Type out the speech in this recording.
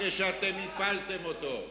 אחרי שאתם הפלתם אותו.